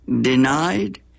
denied